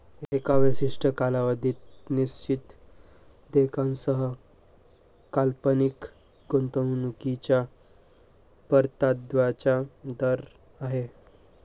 एका विशिष्ट कालावधीत निश्चित देयकासह काल्पनिक गुंतवणूकीच्या परताव्याचा दर आहे